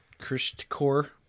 Christcore